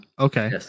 okay